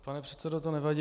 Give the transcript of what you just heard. Pane předsedo, to nevadí.